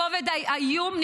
כובד האיום,